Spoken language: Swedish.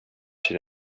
till